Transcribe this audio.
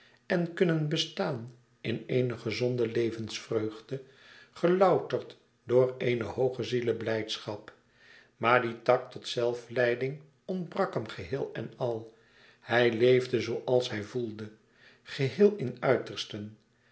en kunnen bestaan in eene gezonde levensvreugde gelouterd door eene hooge zieleblijdschap maar die tact tot zelfleiding ontbrak hem geheel en al hij leefde zooals hij voelde geheel in uitersten